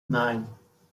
nine